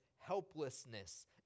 helplessness